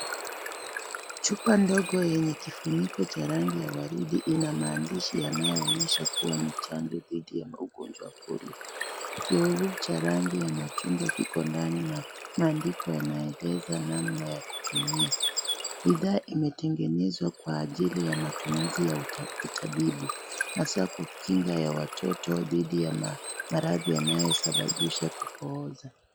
Chupa ndogo yenye kifuniko cha rangi ya waridi, ina maandishi yanayoonyesha kuwa ni chanjo dhidi ya ugonjwa wa polio. Kiyowevu cha rangi ya machungwa iko ndani na maandiko yanaeleza namna ya kutumia. Bidhaa imetengenezwa kwa ajili ya matumizi ya utabibu, hasa kwa kinga ya watoto dhidi ya maradhi yanayosababisha kupooza.